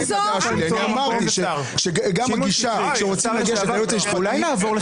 אמרתי שגם הגישה שרוצה --- לייעוץ המשפטי,